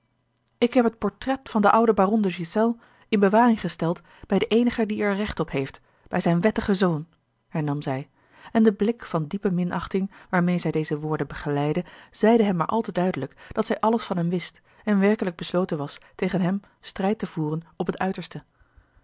ik heb het portret van den ouden baron de ghiselles in bewaring gesteld bij den eenige die er recht op heeft bij zijn wettigen zoon hernam zij en de blik van diepe minachtîng waarmeé zij deze woorden begeleidde zeide hem maar al te duidelijk dat zij alles van hem wist en werkelijk besloten was tegen hem een strijd te voeren op het uiterste